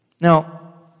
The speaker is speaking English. Now